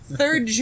third